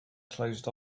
closed